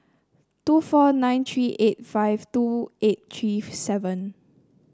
two four nine three eight five two eight three seven